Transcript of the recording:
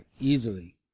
easily